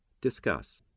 Discuss